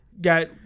Got